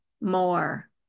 more